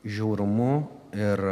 žiaurumu ir